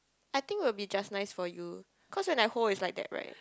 I think it'll be just nice for you cause when I hold is like that right